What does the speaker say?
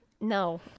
No